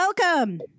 Welcome